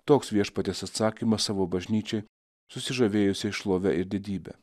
toks viešpaties atsakymas savo bažnyčiai susižavėjusiai šlove ir didybe